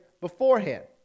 beforehand